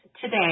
today